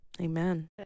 Amen